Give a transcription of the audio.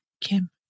Kim